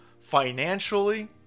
financially